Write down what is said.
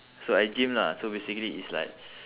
so I gym lah so basically it's like